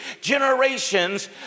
generations